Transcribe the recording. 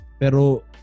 pero